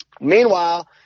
Meanwhile